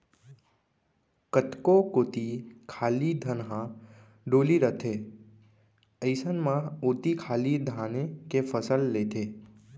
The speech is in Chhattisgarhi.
कतको कोती खाली धनहा डोली रथे अइसन म ओती खाली धाने के फसल लेथें